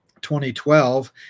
2012